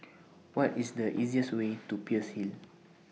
What IS The easiest Way to Peirce Hill